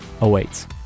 awaits